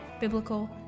biblical